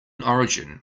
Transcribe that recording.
origin